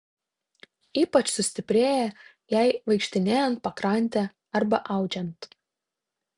ypač sustiprėja jai vaikštinėjant pakrante arba audžiant